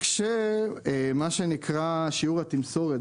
כשמה שנקרא שיעור התמסורת,